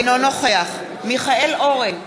אינו נוכח מיכאל אורן,